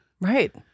right